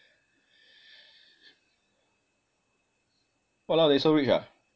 !walao! they so rich ah